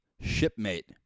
shipmate